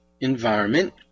environment